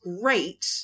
great